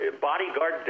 bodyguard